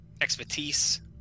expertise